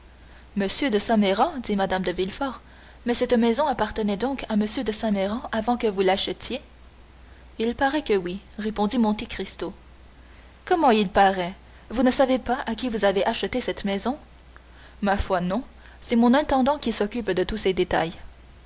de saint méran dit mme de villefort mais cette maison appartenait donc à m de saint méran avant que vous l'achetiez il paraît que oui répondit monte cristo comment il paraît vous ne savez pas à qui vous avez acheté cette maison ma foi non c'est mon intendant qui s'occupe de tous ces détails